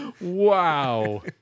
Wow